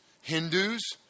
Hindus